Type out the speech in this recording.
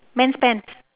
mens pants